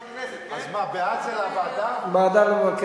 בעד, 9,